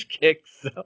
kicks